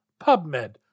PubMed